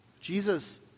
Jesus